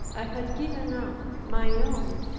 i had given up my own.